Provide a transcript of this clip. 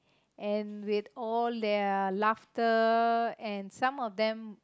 and with all their laughter and some of them